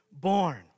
born